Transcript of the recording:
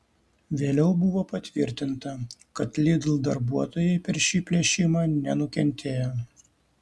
vėliau buvo patvirtinta kad lidl darbuotojai per šį plėšimą nenukentėjo